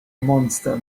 monster